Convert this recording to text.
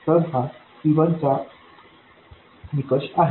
तर हा C1 चा निकष आहे